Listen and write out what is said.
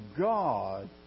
God